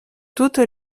toute